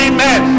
Amen